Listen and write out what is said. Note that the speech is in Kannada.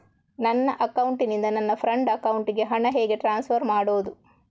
ನನ್ನ ಅಕೌಂಟಿನಿಂದ ನನ್ನ ಫ್ರೆಂಡ್ ಅಕೌಂಟಿಗೆ ಹಣ ಹೇಗೆ ಟ್ರಾನ್ಸ್ಫರ್ ಮಾಡುವುದು?